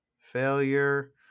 failure